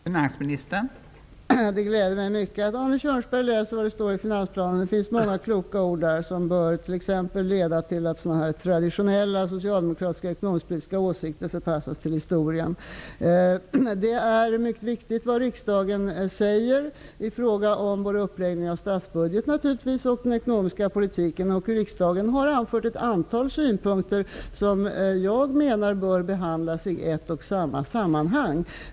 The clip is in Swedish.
Fru talman! Det gläder mig mycket att Arne Kjörnsberg läser finansplanen. Det finns många kloka ord där som bör leda till att t.ex. traditionella socialdemokratiska ekonomisk-politiska åsikter förpassas till historien. Det är mycket viktigt vad riksdagen säger i fråga om uppläggningen av statsbudgeten och den ekonomiska politiken. Riksdagen har framfört ett antal synpunkter, som jag anser bör behandlas i ett och samma sammanhang.